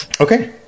Okay